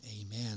Amen